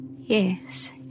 Yes